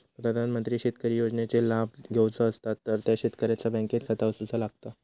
प्रधानमंत्री शेतकरी योजनेचे लाभ घेवचो असतात तर त्या शेतकऱ्याचा बँकेत खाता असूचा लागता